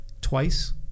twice